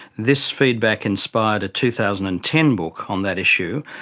this feedback inspired a two thousand and ten book on that issue,